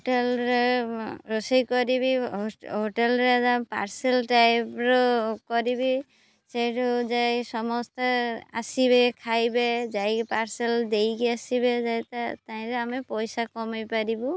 ହୋଟେଲ୍ରେ ରୋଷେଇ କରିବି ହୋଟେଲ୍ରେ ପାର୍ସଲ୍ ଟାଇପ୍ର କରିବି ସେଇଠୁ ଯାଇ ସମସ୍ତେ ଆସିବେ ଖାଇବେ ଯାଇକି ପାର୍ସଲ୍ ଦେଇକି ଆସିବେ ତହିଁରେ ଆମେ ପଇସା କମେଇ ପାରିବୁ